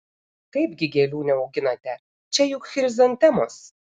kaipgi gėlių neauginate čia juk chrizantemos